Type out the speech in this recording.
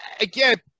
Again